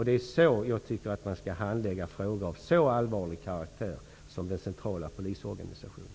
Det är så jag tycker att man skall handlägga frågor som har så allvarlig karaktär som den centrala polisorganisationen.